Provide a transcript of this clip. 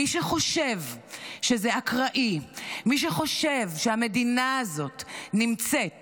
מי שחושב שזה אקראי, מי שחושב שהמדינה הזאת נמצאת